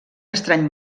estrany